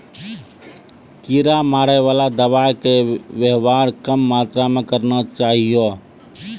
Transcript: कीड़ा मारैवाला दवाइ के वेवहार कम मात्रा मे करना चाहियो